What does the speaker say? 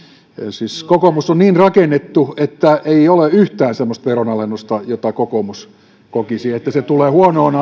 siis kokoomus on rakennettu niin että ei ole yhtään semmoista veronalennusta josta kokoomus kokisi että se tulee huonoon